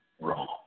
wrong